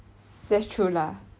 that's true lah